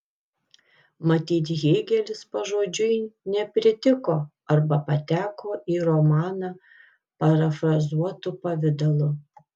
matyt hėgelis pažodžiui nepritiko arba pateko į romaną parafrazuotu pavidalu